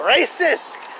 Racist